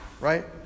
Right